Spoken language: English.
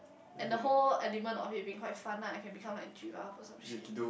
and the whole element of it being quite fun lah I can become like giraffe or some shit